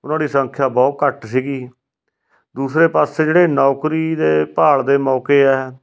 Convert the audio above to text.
ਉਹਨਾਂ ਦੀ ਸੰਖਿਆ ਬਹੁਤ ਘੱਟ ਸੀਗੀ ਦੂਸਰੇ ਪਾਸੇ ਜਿਹੜੇ ਨੌਕਰੀ ਦੇ ਭਾਲ ਦੇ ਮੌਕੇ ਆ